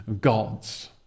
gods